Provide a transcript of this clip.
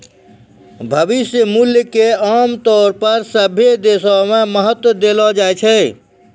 भविष्य मूल्य क आमतौर पर सभ्भे देशो म महत्व देलो जाय छै